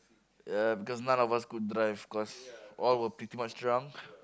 ya because none of us could drive cause all were pretty much drunk